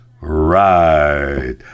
Right